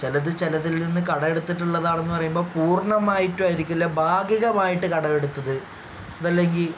ചിലത് ചിലതിൽ നിന്ന് കടം എടുത്തിട്ടുള്ളതാണെന്ന് പറയുമ്പോൾ പൂർണ്ണമായിട്ട് ആയിരിക്കില്ല ഭാഗികമായിട്ട് കടമെടുത്തത് അത് അല്ലെങ്കിൽ